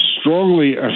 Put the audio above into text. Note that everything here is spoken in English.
strongly